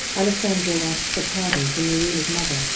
allesandro asked for pardon from maria's mother,